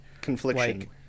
confliction